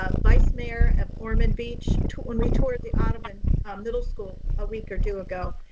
ah vice mayor of ormond beach too, when we toured the ormond middle school a week or two ago.